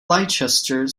leicester